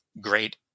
great